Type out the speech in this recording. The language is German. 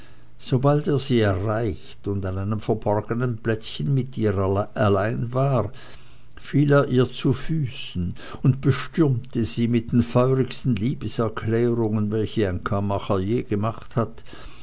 sobald er sie erreicht und an einem verborgenen plätzchen mit ihr allein war fiel er ihr zu füßen und bestürmte sie mit den feurigsten liebeserklärungen welche ein kammacher je gemacht hat